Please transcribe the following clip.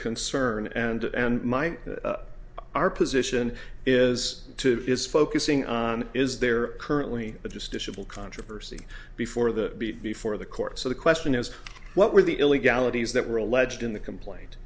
concern and and my our position is to is focusing on is there currently but just a simple controversy before the beat before the court so the question is what were the illegalities that were alleged in the complaint